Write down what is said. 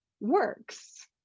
works